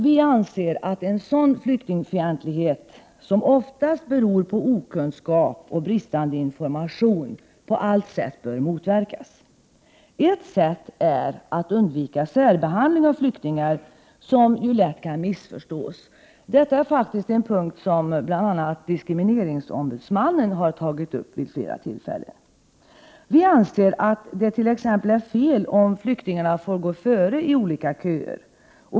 Vi anser att sådan flyktingfientlighet, som oftast beror på okunskap och bristande information, på alla sätt bör motverkas. Ett sätt är att undvika särbehandling av flyktingar, som lätt kan missförstås. Detta är en punkt som bl.a. diskrimineringsombudsmannen har tagit upp vid flera tillfällen. Vi anser t.ex. att det är fel om flyktingarna får gå före i olika köer.